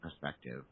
perspective